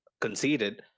conceded